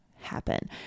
happen